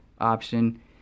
option